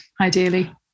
ideally